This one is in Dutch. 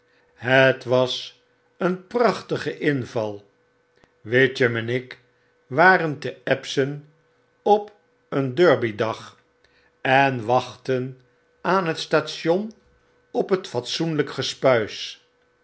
het was een prachtigeinval witchem en ik waren te epson op een derby dag en wachtten aan het station op het fatsoenlyk